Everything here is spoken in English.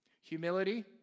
Humility